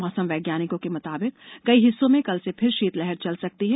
मौसम वैज्ञानिकों के मुताबिक कई हिस्सों में कल से फिर शीतलहर चल सकती है